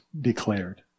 declared